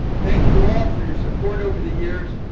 thank you all for your support over the years.